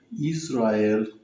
Israel